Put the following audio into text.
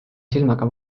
silmaga